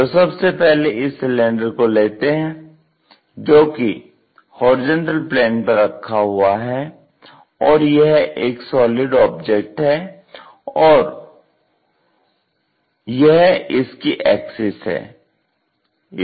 तो सबसे पहले इस सिलेंडर को लेते हैं जो कि होरिजेंटल प्लेन पर रखा हुआ है और यह एक सॉलि़ड ऑब्जेक्ट है और यह इसकी एक्सिस है